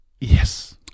yes